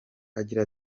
agira